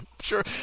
Sure